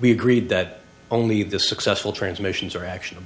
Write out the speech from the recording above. we agreed that only the successful transmissions are action